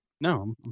No